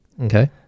Okay